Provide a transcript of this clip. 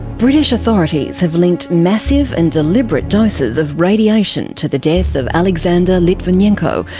british authorities have linked massive and deliberate doses of radiation to the death of alexander litvinenko,